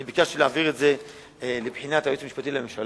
אני ביקשתי להעביר את זה לבחינת היועץ המשפטי לממשלה,